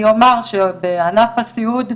אני אומר, שבענף הסיעוד,